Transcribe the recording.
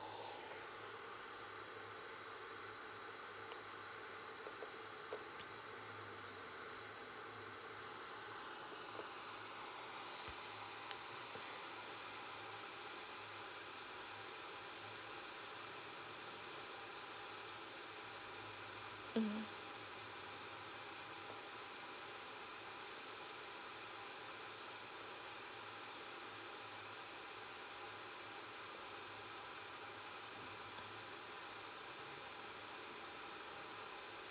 mmhmm